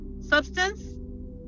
substance